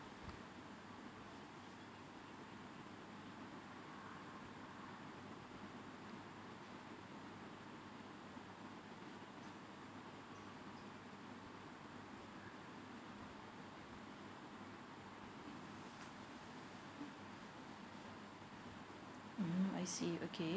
mm I see okay